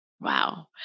Wow